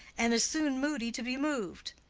and as soon moody to be moved.